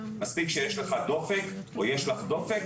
מספיק שיש לך דופק או יש לך דופק,